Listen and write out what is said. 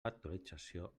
actualització